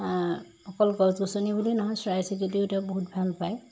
অকল গছ গছনি বুলি নহয় চৰাই চিৰিকটিও তেওঁ বহুত ভাল পায়